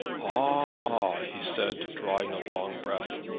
ah! he said, drawing a long breath,